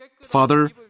Father